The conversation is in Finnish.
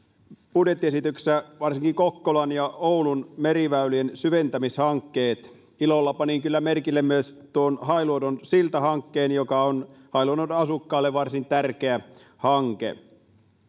budjettiesityksessä varsinkin kokkolan ja oulun meriväylien syventämishankkeet ilolla panin kyllä merkille myös tuon hailuodon siltahankkeen joka on hailuodon asukkaille varsin tärkeä hanke